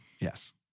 Yes